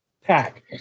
pack